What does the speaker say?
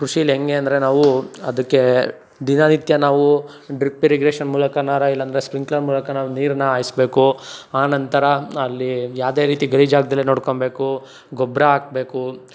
ಕೃಷಿಲಿ ಹೇಗೆ ಅಂದರೆ ನಾವು ಅದಕ್ಕೆ ದಿನನಿತ್ಯ ನಾವು ಡ್ರಿಪ್ ರಿರಿಗ್ರೇಷನ್ ಮೂಲಕನಾರ ಇಲ್ಲಾಂದರೆ ಸ್ಪ್ರಿಂಕ್ಲರ್ ಮೂಲಕ ನಾವು ನೀರನ್ನು ಹಾಯಿಸ್ಬೇಕು ಆನಂತರ ಅಲ್ಲಿ ಯಾವುದೇ ರೀತಿ ಗಲೀಜು ಆಗ್ದಲೇ ನೋಡ್ಕೊಬೇಕು ಗೊಬ್ಬರ ಹಾಕಬೇಕು